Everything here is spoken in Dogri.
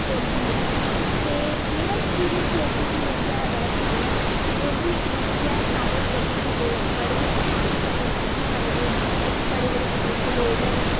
ते मेरा ऐक्सपीरियंस डोगरी गी लेइयै बड़ा शैल ऐ डोगरी इक जेह्की ऐ साढ़े जम्मू दे लोक बड़े आसानी कन्नै समझी सकदे जेह्के बड़े बड़े बजुर्ग लोक न